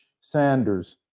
Sanders